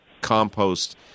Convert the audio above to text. compost